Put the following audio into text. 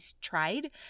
tried